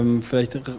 vielleicht